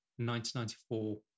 1994